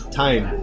time